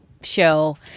show